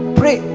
pray